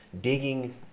digging